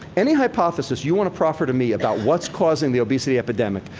any hypothesis you want to proffer to me about what's causing the obesity epidemic,